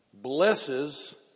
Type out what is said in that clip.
blesses